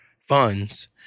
funds